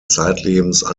zeitlebens